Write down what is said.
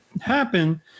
happen